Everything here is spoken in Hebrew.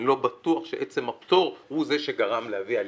לא בטוח שעצם הפטור הוא זה שגרם להביא עלייה.